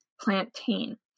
plantain